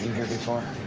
here before?